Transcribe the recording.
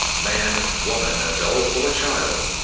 man, woman, adult, or child.